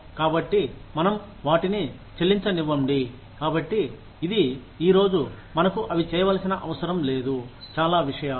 కాబట్టి మనం వాటిని చెల్లించనివ్వండి కాబట్టి ఇది ఈరోజు మనకు అవి చేయవలసిన అవసరం లేదు చాలా విషయాలు